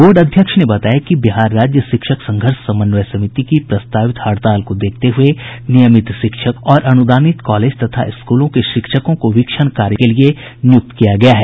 board अध्यक्ष ने बताया कि बिहार राज्य शिक्षक संघर्ष समन्वय समिति की प्रस्तावित हड़ताल को देखते हुये नियमित शिक्षक और अनुदानित कॉलेज तथा स्कूलों के शिक्षकों को वीक्षण कार्य के लिए नियुक्त किया गया है